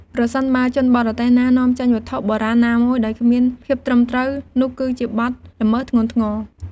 ប្រសិនបើជនបរទេសណានាំចេញវត្ថុបុរាណណាមួយដោយគ្មានភាពត្រឹមត្រូវ នោះគឺជាបទល្មើសធ្ងន់ធ្ងរ។